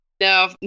no